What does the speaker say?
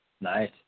nice